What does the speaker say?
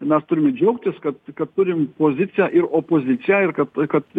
ir mes turim džiaugtis kad kad turim poziciją ir opoziciją ir kad kad